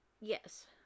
Yes